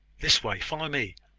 this way follow me.